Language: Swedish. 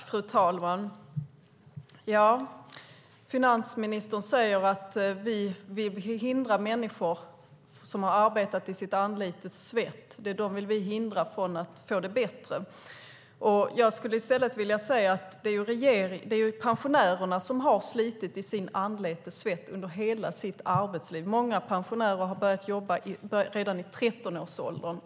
Fru talman! Finansministern säger att vi vill hindra människor som har arbetat i sitt anletes svett från att få det bättre. Jag skulle i stället vilja säga att det är pensionärerna som har slitit i sitt anletes svett under hela sitt arbetsliv. Många pensionärer har börjat jobba redan i 13-årsåldern.